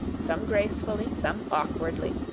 some gracefully, some awkwardly,